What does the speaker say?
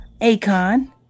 Akon